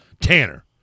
Tanner